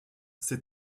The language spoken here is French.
ses